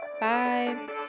Bye